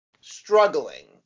struggling